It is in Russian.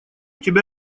тебя